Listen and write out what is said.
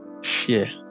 share